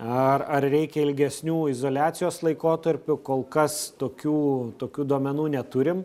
ar ar reikia ilgesnių izoliacijos laikotarpių kol kas tokių tokių duomenų neturim